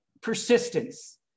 persistence